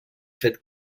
fet